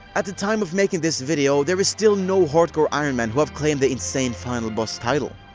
at the time of making this video, there are still no hardcore ironmen who have claimed the insane final boss title.